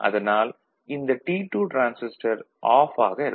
அதனால் இந்த T2 transistor off ஆக இருக்கும்